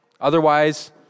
Otherwise